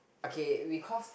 okay we caused